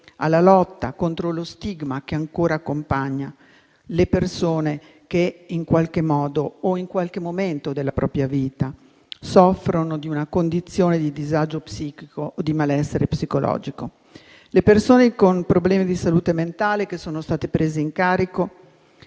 dalla lotta contro lo stigma che ancora accompagna le persone che, in qualche modo o in qualche momento della propria vita, soffrono di una condizione di disagio psichico o di malessere psicologico. Nel corso del 2023 le persone con problemi di salute mentale che sono state prese in carico